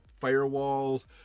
firewalls